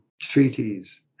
treaties